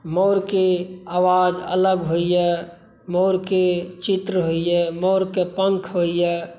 मोरके आवाज अलग होइए मोरके चित्र होइए मोरके पंख होइए